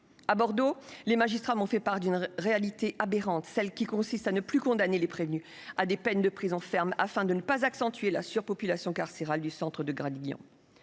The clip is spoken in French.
À Bordeaux, les magistrats m'ont fait part d'une réalité aberrante : les prévenus ne sont plus condamnés à des peines de prison ferme afin de ne pas accroître la surpopulation carcérale du centre de Gradignan